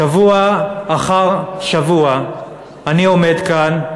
שבוע אחר שבוע אני עומד כאן,